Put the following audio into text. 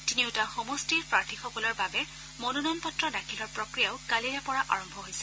তিনিওটা সমষ্টিৰ প্ৰাৰ্থীসকলৰ বাবে মনোনয়ন পত্ৰ দাখিলৰ প্ৰক্ৰিয়াও কালিৰেপৰা আৰম্ভ হৈছে